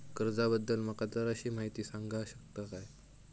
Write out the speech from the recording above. कर्जा बद्दल माका जराशी माहिती सांगा शकता काय?